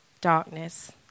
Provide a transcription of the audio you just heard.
darkness